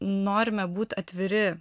norime būt atviri